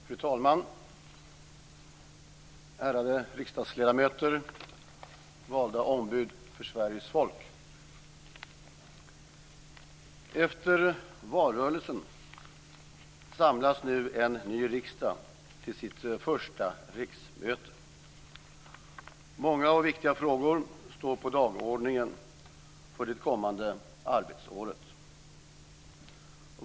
Fru talman! Ärade riksdagsledamöter, valda ombud för Sveriges folk! Efter valrörelsen samlas nu en ny riksdag till sitt första riksmöte. Många och viktiga frågor står på dagordningen för det kommande arbetsåret.